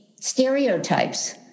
stereotypes